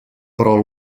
però